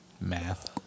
math